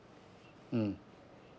mm